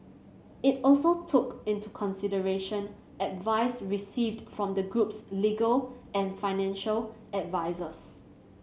it also took into consideration advice received from the group's legal and financial advisers